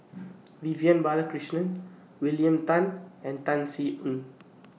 Vivian Balakrishnan William Tan and Tan Sin Aun